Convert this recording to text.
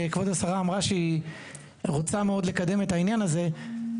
כבוד השרה אמרה שהיא רוצה מאוד לקדם את העניין הזה,